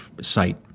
site